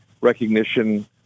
recognition